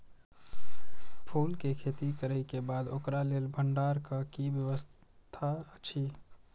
फूल के खेती करे के बाद ओकरा लेल भण्डार क कि व्यवस्था अछि?